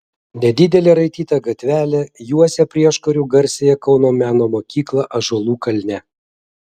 nedidelė raityta gatvelė juosia prieškariu garsiąją kauno meno mokyklą ąžuolų kalne